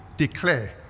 declare